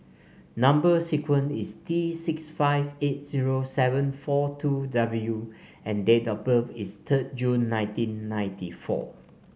number sequence is T six five eight zero seven four two W and date of birth is third June nineteen ninety four